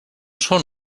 són